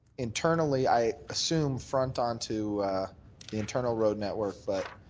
internally i assume front on to the internal road network but